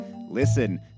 listen